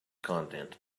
content